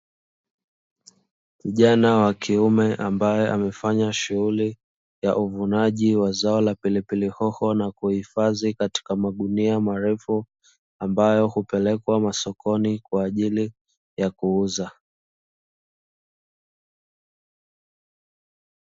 Kijana wa kiume, ambaye amefanya shughuli ya uvunaji wa zao la pilipili hoho na kuhifadhi katika magunia marefu, ambayo hupelekwa masokoni kwa ajili ya kuuza.